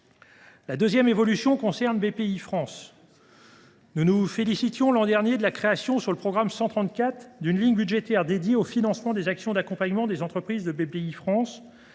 La deuxième évolution concerne Bpifrance. Nous nous félicitions, l’an dernier, de la création, dans le programme 134, d’une ligne budgétaire consacrée au financement des actions d’accompagnement des entreprises de Bpifrance.